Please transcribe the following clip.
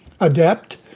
adept